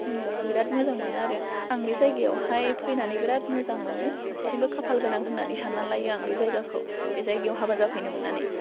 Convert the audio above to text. आङो बिराद मोजां मोनो आरो आं बे जायगायावहाय फैनानै बेराद मोजां मोनो दासिमबो खाफाल गोनां होन्नानै सान्ना लायो आं बे जायगाखौ बे जायगायाव हाबा जाफैनो मोन्नानै